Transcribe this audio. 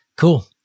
Cool